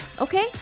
okay